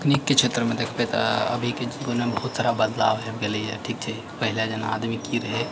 तकनीकके क्षेत्रमे देखबै तऽ अभीके जीवनमे बहुत सारा बदलाव आबि गेलैए ठीक छै पहिले जेना आदमी की रहै